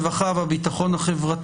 אלא גם העמדות הברורות והנחרצות שלו.